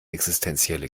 existenzielle